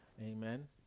Amen